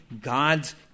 God's